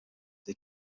they